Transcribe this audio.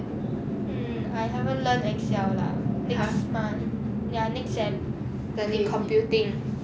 mm I haven't learn excel lah next month ya next sem like during computing